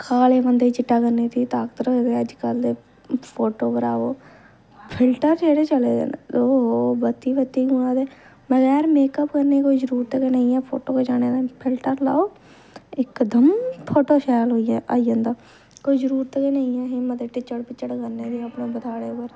काले बंदे गी चिट्टा करने दी ताकत रखदे अज्जकल दे फोटोग्राफर फिल्टर जेह्ड़े चले दे न ओह् हो बत्ती बत्ती बगैर मैकअप करने दी कोई जरूरत गै नेईं ऐ फोटो खचाने ताईं फिल्टर लाओ इकदम फोटो शैल होई आई जंदा कोई जरूरत गै नेईं ऐ ही मते टिचर पिचड़ करने दी अपने बुथाड उप्पर